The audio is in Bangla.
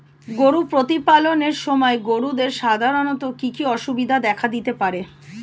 গরু প্রতিপালনের সময় গরুদের সাধারণত কি কি অসুবিধা দেখা দিতে পারে?